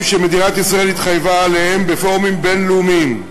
שמדינת ישראל התחייבה עליהם בפורומים בין-לאומיים.